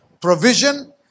provision